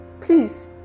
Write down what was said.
please